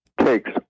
takes